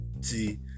See